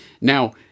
Now